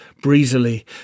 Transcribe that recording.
breezily